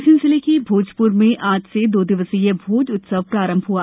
रायसेन जिले के भोजपुर में आज से दो दिवसीय भोजपुर उत्सव प्रारंभ हआ